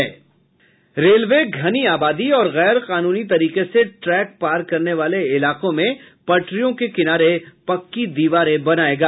railway धनी आबादी और गैर कानूनी तरीके से ट्रैक पार करने वाले इलाकों में पटरियों के किनारे पक्की दीवारें बनायेगा